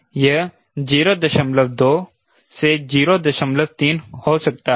यह 02 03 हो सकता है